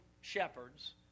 shepherds